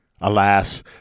Alas